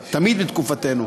תמיד, בתקופתנו.